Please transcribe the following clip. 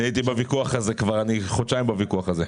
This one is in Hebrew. אני כבר חודשיים בוויכוח הזה.